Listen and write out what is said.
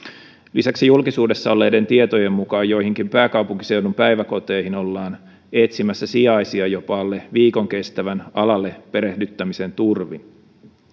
lisäksi julkisuudessa olleiden tietojen mukaan joihinkin pääkaupunkiseudun päiväkoteihin ollaan etsimässä sijaisia jopa alle viikon kestävän alalle perehdyttämisen turvin